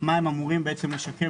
מה הם אמורים לשקם